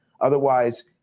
Otherwise